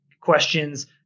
questions